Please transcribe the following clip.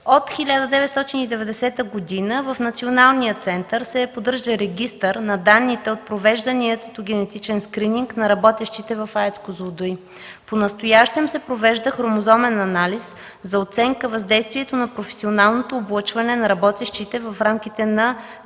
От 1990 г. в Националния център се поддържа регистър на данните от провеждания цитогенетичен скрининг на работещите в АЕЦ „Козлодуй”. Понастоящем се провежда хромозомен анализ за оценка на въздействието на професионалното облъчване на работещите в рамките на